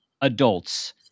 adults